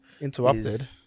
Interrupted